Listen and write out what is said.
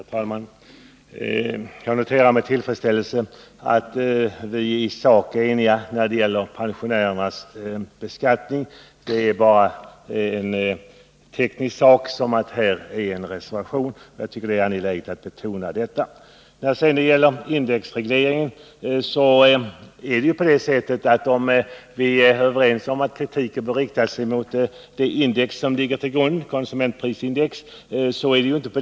Herr talman! Jag noterar med tillfredsställelse att vi i sak är eniga när det gäller pensionärernas beskattning. Reservationen avviker endast i fråga om en teknisk detalj, och jag tycker det är angeläget att betona detta. Vad sedan gäller frågan om indexregleringen så är vi ju överens om att kritiken bör inriktas på det index som ligger till grund för systemet, konsumentprisindex.